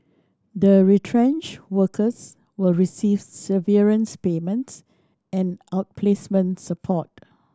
the retrenched workers will receive severance payments and outplacement support